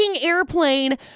airplane